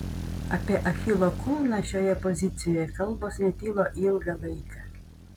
apie achilo kulną šioje pozicijoje kalbos netilo ilgą laiką